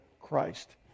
Christ